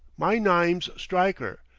my nyme's stryker,